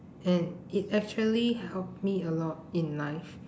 and it actually helped me a lot in life